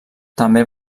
també